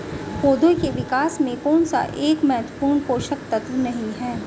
पौधों के विकास में कौन सा एक महत्वपूर्ण पोषक तत्व नहीं है?